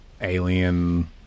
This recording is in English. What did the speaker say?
Alien